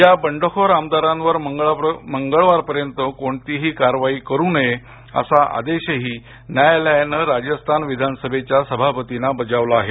या बंडखोर आमदारांवर मंगळवार पर्यंत कोणतीही कारवाई करू नये असा आदेशही राजस्थान उच्च न्यायालयाने राजस्थान विधानसभेच्या सभापतींना बजावला आहे